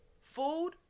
Food